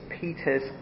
Peter's